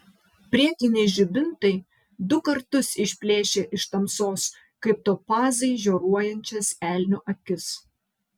priekiniai žibintai du kartus išplėšė iš tamsos kaip topazai žioruojančias elnio akis